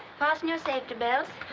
fasten your safety belts.